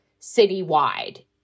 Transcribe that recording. citywide